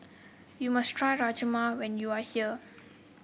you must try Rajma when you are here